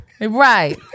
Right